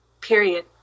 period